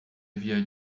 havia